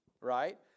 Right